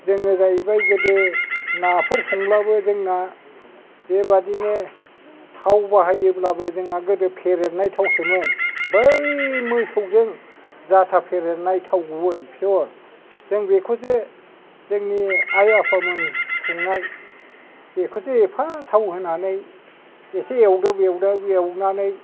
जोङो जाहैबाय गोदो नाफोर संब्लाबो जोंना बेबादिनो थाव बाहायोब्लाबो जोंना गोदो फेरेदनाय थावसोमोन बै मोसौजों जाथा फेरेदनाय थाव गुबै फियर जों बेखौसो जोंनि आइ आफामोन संनाय बेखौसो एफा थाव होनानै एसे एवदब एवदाब एवनानै